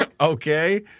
Okay